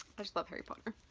i just love harry potter.